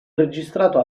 registrato